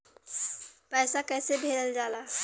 पैसा कैसे भेजल जाला?